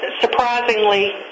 surprisingly